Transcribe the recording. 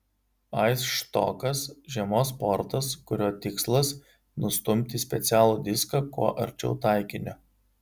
aisštokas žiemos sportas kurio tikslas nustumti specialų diską kuo arčiau taikinio